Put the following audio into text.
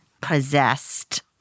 possessed